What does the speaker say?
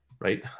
right